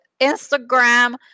Instagram